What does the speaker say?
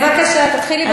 בבקשה, תתחילי בשאילתה.